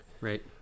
Right